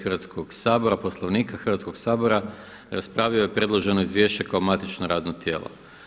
Hrvatskoga sabora, Poslovnika Hrvatskoga sabora raspravio je predloženo izvješće kao matično radno tijelo.